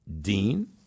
Dean